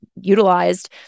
utilized